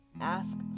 ask